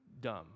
dumb